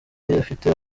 ifite